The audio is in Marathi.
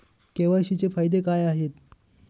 के.वाय.सी चे फायदे काय आहेत?